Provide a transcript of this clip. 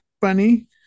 funny